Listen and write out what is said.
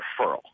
referral